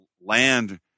land